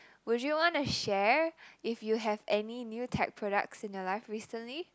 would you wanna share if you have any new tech products in your life recently